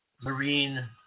marine